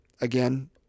again